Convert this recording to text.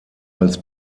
als